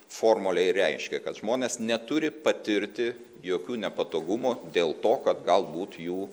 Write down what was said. formulė ir reiškia kad žmonės neturi patirti jokių nepatogumų dėl to kad galbūt jų